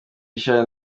richard